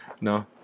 no